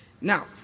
Now